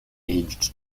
aged